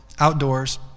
outdoors